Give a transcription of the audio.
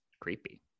Creepy